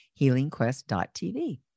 healingquest.tv